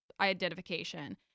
identification